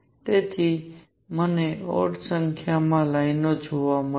તેથી મને ઓડ સંખ્યામાં લાઇનો જોવા મળશે